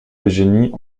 eugénie